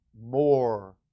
more